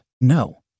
No